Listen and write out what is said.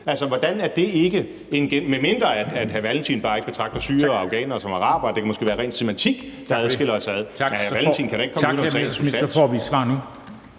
Altså, hvordan er det ikke en genvej, medmindre hr. Carl Valentin bare ikke betragter syrere og afghanere som arabere. Det kan måske være ren semantik, der adskiller os. (Formanden (Henrik Dam Kristensen):